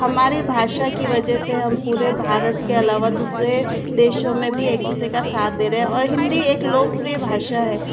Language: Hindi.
हमारी भाषा की वजह से हम पूरे भारत के अलावा दूसरे देशों में भी एक दूसरे का साथ दे रहे हैं और हिंदी एक लोकप्रिय भाषा है